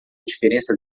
diferença